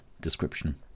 description